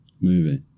Movie